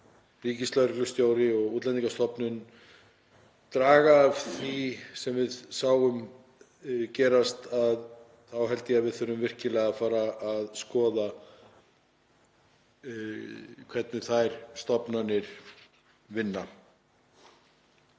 ríkislögreglustjóri og Útlendingastofnun draga af því sem við sáum gerast þá held ég að við þurfum virkilega að fara að skoða hvernig þær stofnanir vinna.